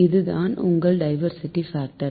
இதுதான் உங்கள் diversity factor